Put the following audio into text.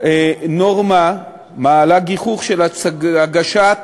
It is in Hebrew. נורמה מעלה גיחוך של הגשת